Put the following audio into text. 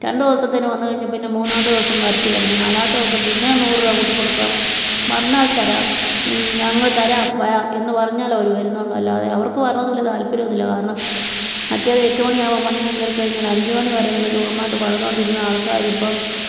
രണ്ട് ദിവസത്തേന് വന്ന് കഴിഞ്ഞ മൂന്നാമത്തെ ദിവസം വരത്തില്ല പിന്നെ നാലാമത്തെ ദിവസം പിന്നേം നൂറ് രൂപ കൂട്ടി കൊടുക്കാം വന്നാൽ തരാം ഞങ്ങൾ തരാം വാ എന്ന് പറഞ്ഞാലവർ വരുന്നുള്ളു അല്ലാതെ അവർക്ക് വരണന്ന് വലിയ താൽപ്പര്യമോന്നുല്ല കാരണം മറ്റേത് എട്ട് മണിയാവും പണിയും കയറി കഴിഞ്ഞാൽ അഞ്ച് മണിവരെ നല്ല സുഖമായിട്ട് പണിതോണ്ടിരുന്ന ആൾക്കാരിപ്പം